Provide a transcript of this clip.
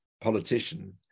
politician